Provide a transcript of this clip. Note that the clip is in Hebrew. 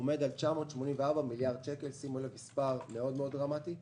עומד על 984 מיליארד שקל, מספר דרמטי מאוד.